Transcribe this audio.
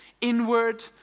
inward